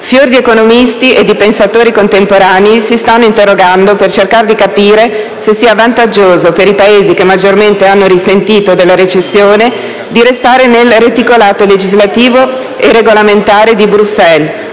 Fior di economisti e di pensatori contemporanei si stanno interrogando per cercare di capire se sia vantaggioso, per i Paesi che maggiormente hanno risentito della recessione, restare nel reticolato legislativo e regolamentare di Bruxelles